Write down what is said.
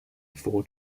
four